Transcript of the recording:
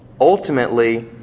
Ultimately